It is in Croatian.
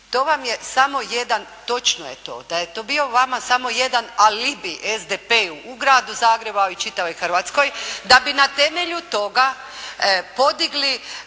To vam je samo jedan, točno je to, da je to bio vama samo jedan alibi SDP-u u Gradu Zagrebu, a i u čitavoj Hrvatskoj, da bi na temelju toga podigli